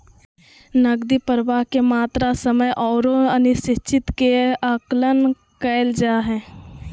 नकदी प्रवाह के मात्रा, समय औरो अनिश्चितता के आकलन कइल जा हइ